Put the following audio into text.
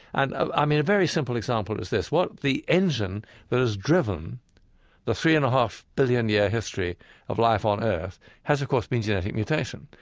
and, i mean, a very simple example is this what the engine that has driven the three-and-a-half-billion-year history of life on earth has, of course, been genetic mutation.